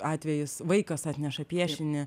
atvejis vaikas atneša piešinį